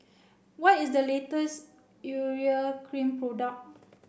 what is the latest urea cream product